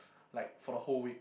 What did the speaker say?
like for the whole week